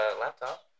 laptop